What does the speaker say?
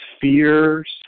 fears